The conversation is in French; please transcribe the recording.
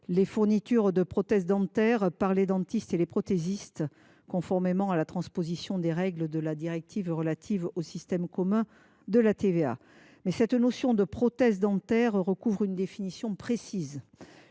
les fournitures de prothèses dentaires par les dentistes et les prothésistes, conformément à la transposition de la directive relative au système commun de TVA. La notion de prothèse dentaire fait l’objet d’une définition précise